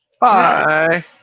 Bye